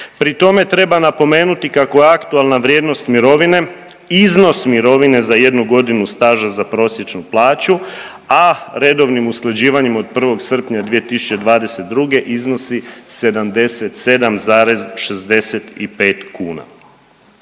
Pri tome treba napomenuti kako je aktualna vrijednost mirovine iznos mirovine za jednu godinu staža za prosječnu plaću, a redovnim usklađivanjem od 1. srpnja 2022. iznosi 77,65 kuna.